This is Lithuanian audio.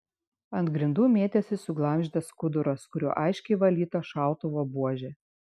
ant grindų mėtėsi suglamžytas skuduras kuriuo aiškiai valyta šautuvo buožė